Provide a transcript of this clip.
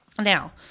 Now